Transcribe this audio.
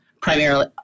primarily